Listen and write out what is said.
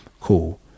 Cool